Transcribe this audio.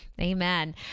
Amen